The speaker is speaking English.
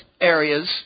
areas